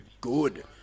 good